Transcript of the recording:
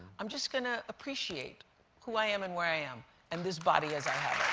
i'm just going to appreciate who i am and where i am and this body as i